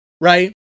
right